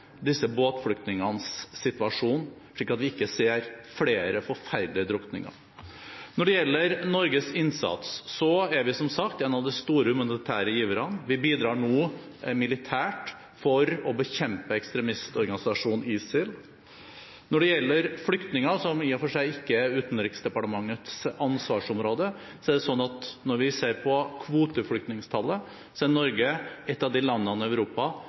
disse båtflyktningenes situasjon, slik at vi ikke ser flere forferdelige drukninger. Når det gjelder Norges innsats, er vi som sagt en av de store humanitære giverne. Vi bidrar nå militært for å bekjempe ekstremistorganisasjonen ISIL. Når det gjelder flyktninger, som i og for seg ikke er Utenriksdepartementets ansvarsområde, er det slik at når vi ser på kvoteflyktningtallet, er Norge et av de landene i Europa